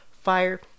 fire